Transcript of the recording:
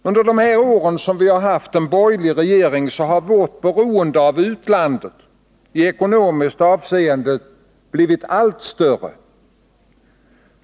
Under de år vi haft en borgerlig regering har vårt beroende av utlandet i ekonomiskt avseende blivit allt större.